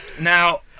Now